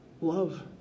love